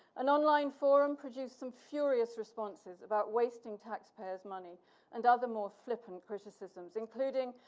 an online forum produced some furious responses about wasting taxpayers' money and other more flippant criticisms including,